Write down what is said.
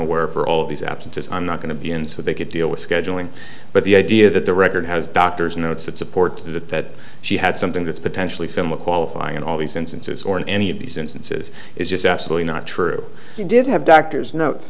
aware for all these absences i'm not going to be in so they could deal with scheduling but the idea that the record has doctor's notes that support that she had something that's potentially from a qualifying in all these instances or in any of these instances is just absolutely not true she did have doctors notes